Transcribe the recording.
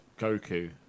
Goku